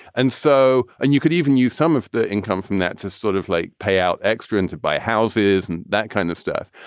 and so and you could even use some of the income from that to sort of like pay out extra and to buy houses and that kind of stuff.